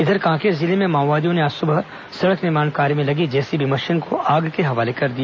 इधर कांकेर जिले में माओवादियों ने आज सुबह सड़क निर्माण कार्य में लगी जेसीबी मशीन को आग के हवाले कर दिया